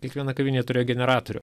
kiekviena kavinė turėjo generatorių